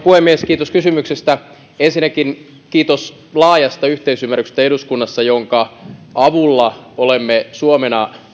puhemies kiitos kysymyksestä ensinnäkin kiitos laajasta yhteisymmärryksestä eduskunnassa jonka avulla olemme suomena